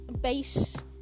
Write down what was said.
base